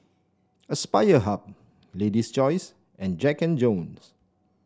Aspire Hub Lady's Choice and Jack And Jones